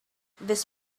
this